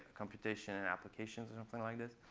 computation, and applications, or something like this.